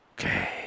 Okay